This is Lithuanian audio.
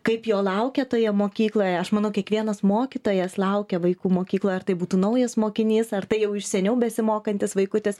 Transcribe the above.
kaip jo laukia toje mokykloje aš manau kiekvienas mokytojas laukia vaikų mokykloje ar tai būtų naujas mokinys ar tai jau iš seniau besimokantis vaikutis